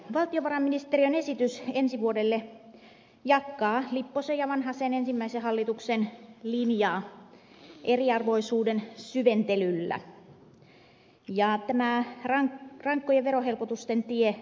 valtiovarainministeriön esitys ensi vuodelle jatkaa lipposen ja vanhasen ensimmäisen hallituksen linjaa eriarvoisuuden syventelyllä ja tämä rankkojen verohelpotusten tie tukee tätä